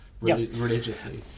religiously